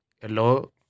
Hello